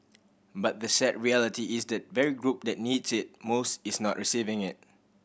but the sad reality is that the very group that needs it most is not receiving it